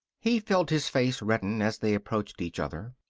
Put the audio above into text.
he felt his face redden as they approached each other.